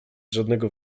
żadnego